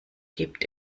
gibt